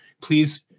please